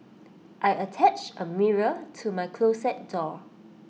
I attached A mirror to my closet door